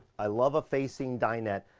i love a facing dinette.